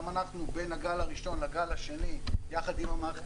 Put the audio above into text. גם אנחנו בין הגל הראשון לגל השני יחד עם המערכת